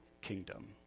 kingdom